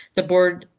the board.